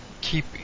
keep